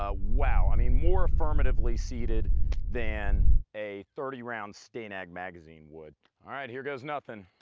ah wow i mean, more firmatively seated than a thirty round stanag magazine would. alright, here goes nothing.